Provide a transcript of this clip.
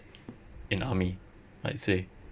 in army I'd say